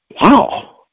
wow